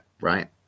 right